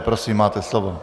Prosím, máte slovo.